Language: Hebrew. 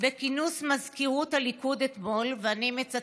בכינוס מזכירות הליכוד אתמול, ואני מצטטת: